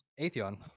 Atheon